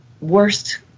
worst